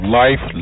life